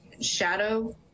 shadow